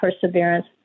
perseverance